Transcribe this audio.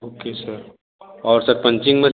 okay sir और sir punching machine